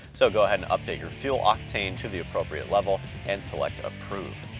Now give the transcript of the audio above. so go ahead and update your fuel octane to the appropriate level and select approve.